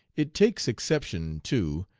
it takes exception, too,